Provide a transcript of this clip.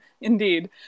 indeed